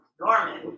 Norman